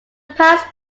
past